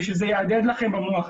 ושזה יהדהד לכם במוח,